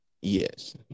Yes